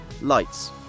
Lights